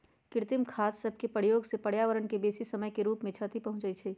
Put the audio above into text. कृत्रिम खाद सभके प्रयोग से पर्यावरण के बेशी समय के रूप से क्षति पहुंचइ छइ